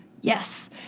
Yes